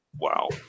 wow